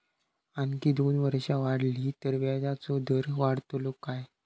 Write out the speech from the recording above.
आणखी दोन वर्षा वाढली तर व्याजाचो दर वाढतलो काय?